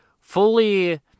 fully